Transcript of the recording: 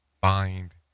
find